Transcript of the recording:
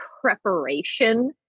preparation